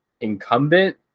incumbent